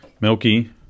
Milky